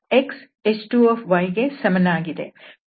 x h2 ಗೆ ಸಮನಾಗಿದೆ